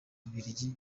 bubiligi